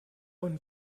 und